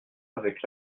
avec